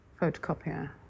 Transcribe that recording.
photocopier